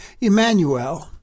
Emmanuel